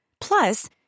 Plus